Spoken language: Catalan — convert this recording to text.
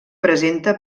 presenta